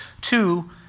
Two